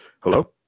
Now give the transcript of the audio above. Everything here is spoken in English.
Hello